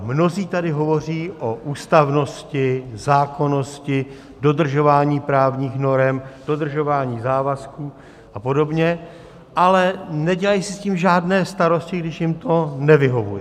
Mnozí tady hovoří o ústavnosti, zákonnosti, dodržování právních norem, dodržování závazků a podobně, ale nedělají si s tím žádné starosti, když jim to nevyhovuje.